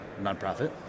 nonprofit